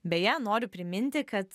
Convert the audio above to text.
beje noriu priminti kad